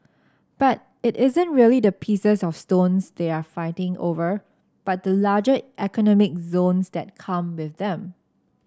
but it isn't really the pieces of stones they're fighting over but the larger economic zones that come with them